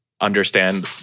understand